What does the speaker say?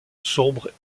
sombre